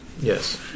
yes